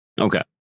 Okay